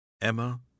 Emma